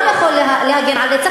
אתה, השר, אתה גם יכול להגן על רצח.